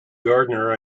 gardener